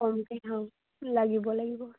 কমকে লাগিব লাগিব